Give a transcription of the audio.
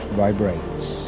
vibrates